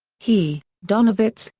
he, donowitz,